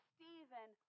Stephen